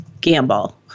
gamble